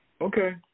Okay